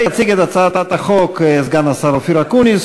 ויציג אותה סגן השר אופיר אקוניס,